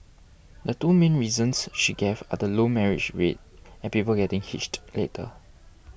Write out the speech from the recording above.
the two main reasons she gave are the low marriage rate and people getting hitched later